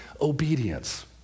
obedience